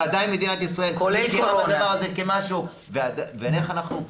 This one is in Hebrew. ועדיין מדינת ישראל --- ואיך אנחנו,